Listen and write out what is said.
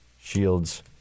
shields